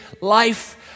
life